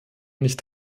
nicht